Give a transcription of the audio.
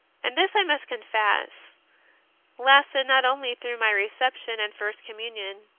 and this, i must con fess, lasted not only through my reception and first communion,